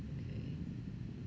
okay